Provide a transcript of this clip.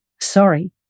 Sorry